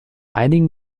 einige